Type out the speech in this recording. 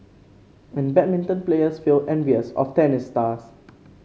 and badminton players feel envious of tennis stars